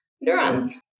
neurons